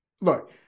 Look